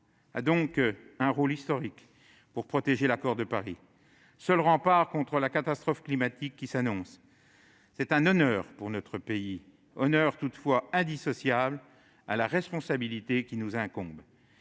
a donc un rôle historique à jouer pour protéger l'accord de Paris, seul rempart contre la catastrophe climatique qui s'annonce. C'est un honneur pour notre pays, indissociable toutefois de la responsabilité qui nous incombe.